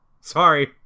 Sorry